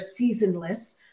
seasonless